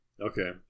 Okay